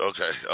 Okay